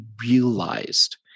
realized